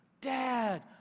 Dad